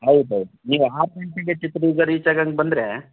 ಹೌದು ಹೌದು ನೀವು ಆರು ಗಂಟೆಗೇ ಚಿತ್ರದುರ್ಗ ರೀಚಾಗೋ ಹಾಗೆ ಬಂದರೆ